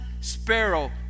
sparrow